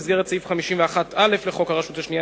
במסגרת סעיף 51א לחוק הרשות השנייה,